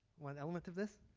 one element of this.